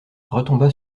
retomba